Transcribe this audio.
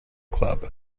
club